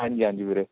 ਹਾਂਜੀ ਹਾਂਜੀ ਵੀਰੇ